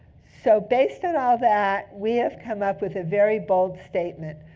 so based on all that, we have come up with a very bold statement.